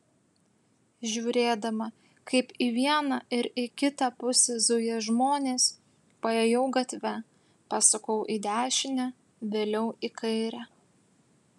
žiūrėdama kaip į vieną ir į kitą pusę zuja žmonės paėjau gatve pasukau į dešinę vėliau į kairę